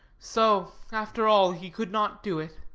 so, after all, he could not do it.